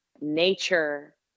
nature